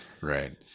Right